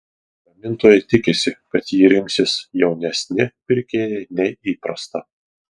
gamintojai tikisi kad jį rinksis jaunesni pirkėjai nei įprasta